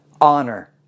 honor